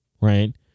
right